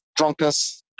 drunkness